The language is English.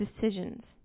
decisions